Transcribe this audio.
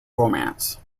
romance